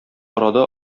арада